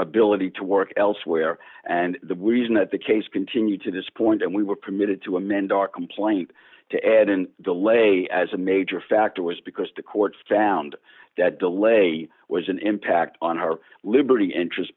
ability to work elsewhere and the reason that the case continued to this point and we were permitted to amend our complaint to add in delay as a major factor was because the court found that delay was an impact on her liberty interest